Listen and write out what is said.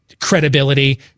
credibility –